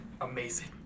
Amazing